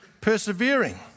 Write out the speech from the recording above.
persevering